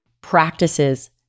practices